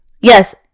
Yes